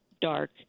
dark